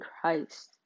Christ